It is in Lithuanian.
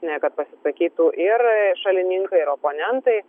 ne kad pasisakytų ir šalininkai ir oponentai